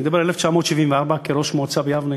אני מדבר על 1974, כראש המועצה ביבנה.